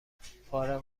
فارغ